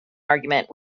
argument